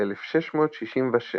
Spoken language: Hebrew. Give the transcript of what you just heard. ב-1666